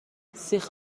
سیخ